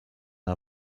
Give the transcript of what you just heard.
der